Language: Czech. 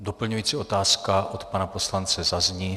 Doplňující otázka od pana poslance zazní.